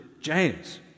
James